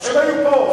הם היו פה.